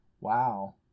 Wow